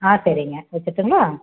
ஆ சரிங்க வெச்சுட்டுங்களா